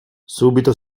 subito